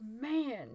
man